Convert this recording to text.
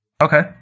Okay